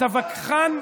אתה וכחן,